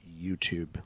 youtube